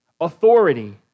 authority